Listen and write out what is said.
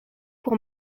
pour